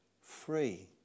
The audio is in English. free